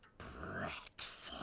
brexit!